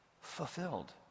Fulfilled